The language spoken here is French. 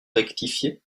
rectifié